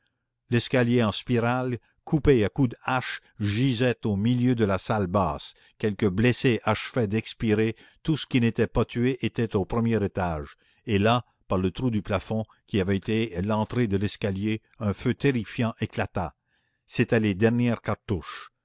l'escalier en spirale coupé à coups de hache gisait au milieu de la salle basse quelques blessés achevaient d'expirer tout ce qui n'était pas tué était au premier étage et là par le trou du plafond qui avait été l'entrée de l'escalier un feu terrifiant éclata c'étaient les dernières cartouches